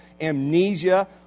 amnesia